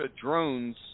drones